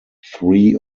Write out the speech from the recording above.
three